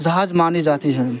جہاز مانی جاتی ہیں